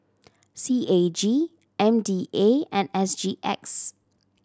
C A G M D A and S G X